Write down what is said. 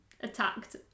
attacked